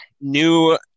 new